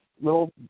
little